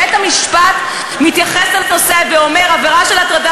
בית-המשפט מתייחס לנושא ואומר: "העבירה של הטרדה